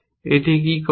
এটি কী করছে